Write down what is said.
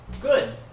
Good